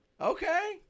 Okay